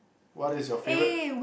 what is your favourite